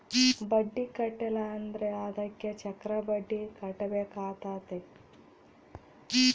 ಬಡ್ಡಿ ಕಟ್ಟಿಲ ಅಂದ್ರೆ ಅದಕ್ಕೆ ಚಕ್ರಬಡ್ಡಿ ಕಟ್ಟಬೇಕಾತತೆ